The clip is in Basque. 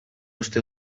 uste